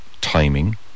timing